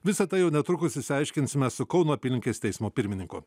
visa tai jau netrukus išsiaiškinsime su kauno apylinkės teismo pirmininku